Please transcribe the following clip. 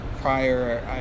prior